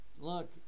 Look